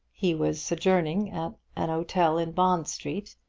he was sojourning at an hotel in bond street,